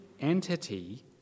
entity